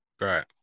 Right